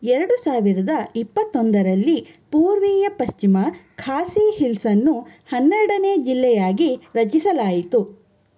ಎರಡು ಸಾವಿರದ ಇಪ್ಪತ್ತೊಂದರಲ್ಲಿ ಪೂರ್ವೀಯ ಪಶ್ಚಿಮ ಖಾಸೀ ಹಿಲ್ಸನ್ನು ಹನ್ನೆರಡನೇ ಜಿಲ್ಲೆಯಾಗಿ ರಚಿಸಲಾಯಿತು